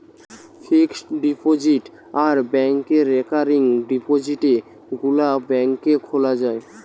fixed deposit আর ব্যাংকে recurring ডিপোজিটে গুলা ব্যাংকে খোলা যায়